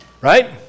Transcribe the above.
Right